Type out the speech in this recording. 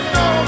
no